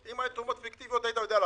הזכאות, (1)